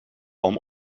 palm